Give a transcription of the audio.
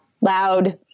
loud